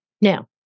now